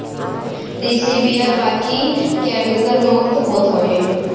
देशी बिया बाकी केमिकल मुक्त होत हवे